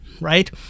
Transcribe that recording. right